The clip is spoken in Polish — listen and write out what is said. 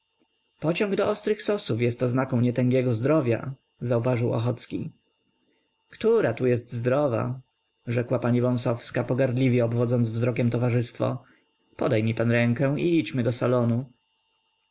pociąg do ostrych sosów jest oznaką nie tęgiego zdrowia zauważył ochocki która tu jest zdrowa rzekła pani wąsowska pogardliwie obwodząc wzrokiem towarzystwo podaj mi pan rękę i idźmy do salonu